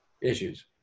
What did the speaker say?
issues